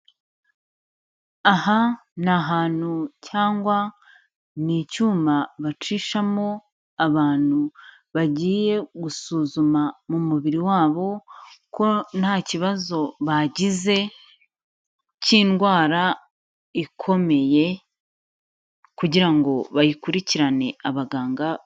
Aha ni ahantu cyangwa ni icyuma bacishamo abantu bagiye gusuzuma mu mubiri wabo ko nta kibazo bagize cy'indwara ikomeye kugira ngo bayikurikirane abaganga.